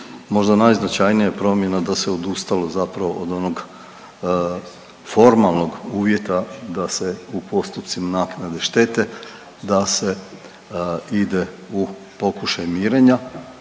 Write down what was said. Možda najznačajnija promjena da se odustalo zapravo od onog formalnog uvjeta da se u postupcima naknade štete da se ide u pokušaj mirenja.